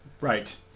Right